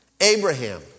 Abraham